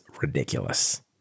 ridiculous